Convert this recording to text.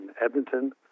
Edmonton